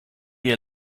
you